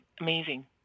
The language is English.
amazing